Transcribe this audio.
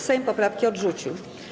Sejm poprawki odrzucił.